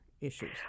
issues